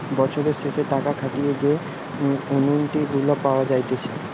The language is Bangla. বছরের শেষে টাকা খাটিয়ে যে অনুইটি গুলা পাওয়া যাইতেছে